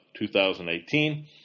2018